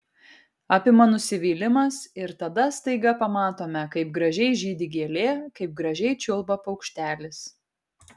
apima nusivylimas ir tada staiga pamatome kaip gražiai žydi gėlė kaip gražiai čiulba paukštelis